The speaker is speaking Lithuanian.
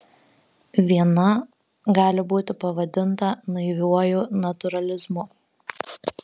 viena gali būti pavadinta naiviuoju natūralizmu